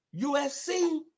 USC